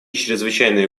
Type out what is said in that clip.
чрезвычайные